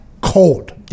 cold